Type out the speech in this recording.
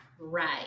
Right